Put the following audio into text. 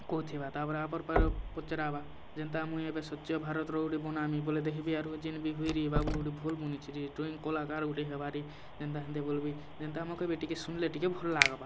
କହୁଥିବା ତା'ର୍ପରେ ପଚ୍ରାବା ଯେନ୍ତା ମୁଇଁ ଏବେ ସ୍ୱଚ୍ଛ ଭାରତ୍ର ଗୁଟେ ବନାମି ବେଲେ ଦେହେ ବି ଆର୍ ଯେନ୍ ବି ହଇରେ ବାବୁ ଗୁଟେ ଭଲ୍ ବନେଇଛେ ରେ ଡ୍ରଇଂ କଲାକାର୍ ଗୁଟେ ହେବାରେ ଯେନ୍ତା ହେନ୍ତି ବଲ୍ବେ ଯେନ୍ତା ମକେ ବି ଟିକେ ଶୁଣ୍ଲେ ଟିକେ ଭଲ୍ ଲାଗ୍ବା